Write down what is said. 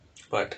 what